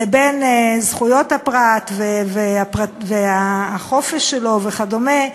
לבין זכויות הפרט והחופש שלו, וכדומה,